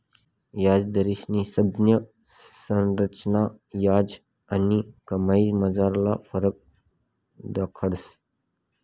याजदरस्नी संज्ञा संरचना याज आणि कमाईमझारला फरक दखाडस